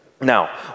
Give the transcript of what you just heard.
Now